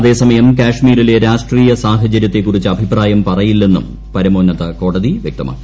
അതേസമയം കശ്മീരിലെ രാഷ്ട്രീയ സാഹചര്യത്തെക്കുറിച്ച് അഭിപ്രായം പറയില്ലെന്നും പരമോന്നത കോടതി വ്യക്തമാക്കി